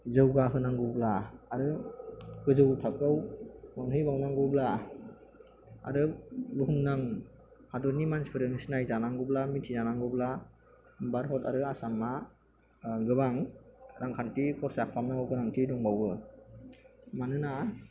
जौगा होनांगौब्ला आरो गोजौ थाखोआव मोनहैबावनांगौब्ला आरो बुहुमनां हादरनि मानसिफोरजों सिनाय जानांगौब्ला मिन्थिजानांगौब्ला भारत आरो आसामा गोबां रांखान्थि खरसा खालाम नांगौ गोनांथि दंबावो मानोना